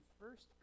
first